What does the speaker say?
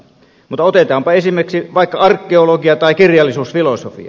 mutta otetaanpa esimerkiksi vaikka arkeologia tai kirjallisuusfilosofia